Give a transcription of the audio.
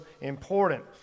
important